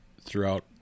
throughout